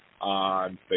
on